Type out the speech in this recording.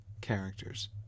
characters